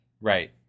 Right